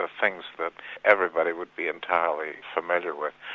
ah things that everybody would be entirely familiar with.